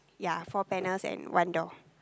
ya four panels and one door